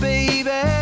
Baby